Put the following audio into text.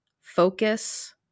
focus